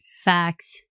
Facts